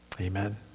Amen